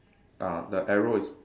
ah the arrow is